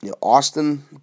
Austin